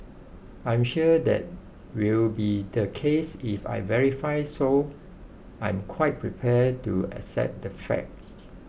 I'm sure that will be the case if I verify so I'm quite prepared to accept that fact